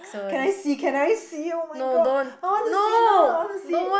can I see can I see [oh]-my-god I want to see no I want to see